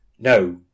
No